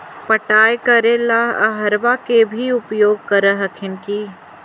पटाय करे ला अहर्बा के भी उपयोग कर हखिन की?